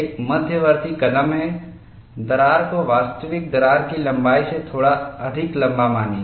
एक मध्यवर्ती कदम है दरार को वास्तविक दरार की लंबाई से थोड़ा अधिक लंबा मानें